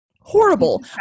horrible